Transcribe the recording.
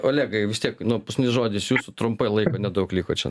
olegai vis tiek nu žodis jūsų trumpai laiko nedaug liko čia